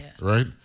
right